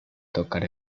tocar